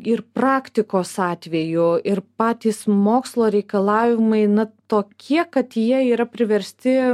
ir praktikos atveju ir patys mokslo reikalavimai na tokie kad jie yra priversti